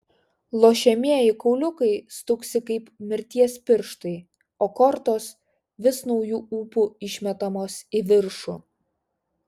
lošiamieji kauliukai stuksi kaip mirties pirštai o kortos vis nauju ūpu išmetamos į viršų